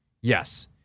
Yes